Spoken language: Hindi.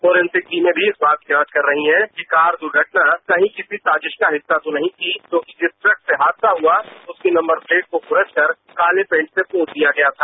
फोरेंसिक टीमें भी इस बात की जांच कर रही हैं कि कार द्वर्घटना किसी साजिश का हिस्सा तो नहीं थी क्योंकि जिस ट्रक से हादसा हुआ उसकी नंबर प्लेट को खुरचकर काले पेंट से पोत दिया गया था